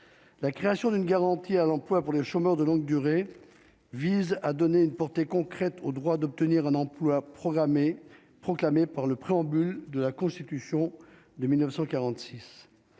la création d'une garantie à l'emploi pour les chômeurs de longue durée, vise à donner une portée concrète au droit d'obtenir un emploi programmées proclamé par le préambule de la Constitution de 1946